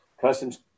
Customs